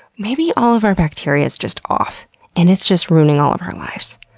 maybe all of our bacteria is just off and it's just ruining all of our lives.